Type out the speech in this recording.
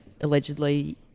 Allegedly